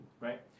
right